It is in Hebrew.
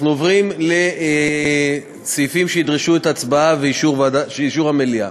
אנחנו עוברים לסעיפים שידרשו הצבעה ואישור המליאה.